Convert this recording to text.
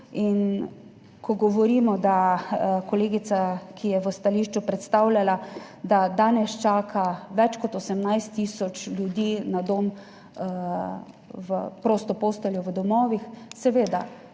ko govorimo, kot kolegica, ki je v stališču predstavljala, da danes čaka več kot 18 tisoč ljudi na prosto posteljo v domovih. Seveda,